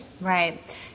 Right